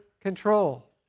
control